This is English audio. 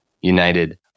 United